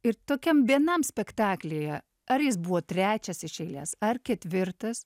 ir tokiam vienam spektaklyje ar jis buvo trečias iš eilės ar ketvirtas